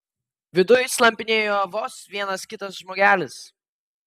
viduj slampinėjo vos vienas kitas žmogelis